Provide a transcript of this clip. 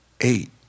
Eight